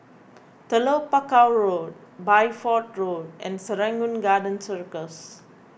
Telok Paku Road Bideford Road and Serangoon Garden Circus